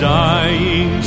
dying